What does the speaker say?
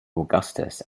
augustus